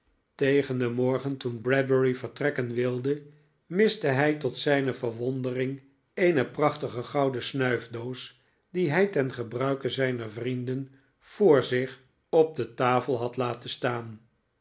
tegen den morgen toen bradbury vertrekken wilde miste hij tot zijne verwondering eene prachtige gouden snuifdoos die hij ten gebruike zijner vrienden voor zich op de tafel had laten staan